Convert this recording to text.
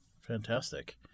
Fantastic